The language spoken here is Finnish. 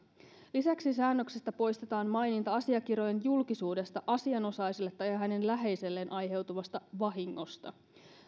lisäksi säännöksestä poistetaan maininta asiakirjojen julkisuudesta asianosaisille tai hänen läheisilleen aiheutuvasta vahingosta